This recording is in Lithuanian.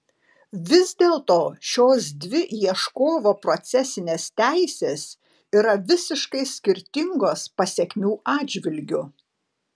vis dėlto šios dvi ieškovo procesinės teisės yra visiškai skirtingos pasekmių atžvilgiu